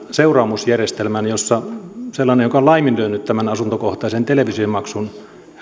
seuraamusjärjestelmään jossa sellaisen henkilön joka on laiminlyönyt tämän asuntokohtaisen televisiomaksun